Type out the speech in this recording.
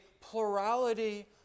plurality